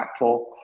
impactful